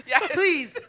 Please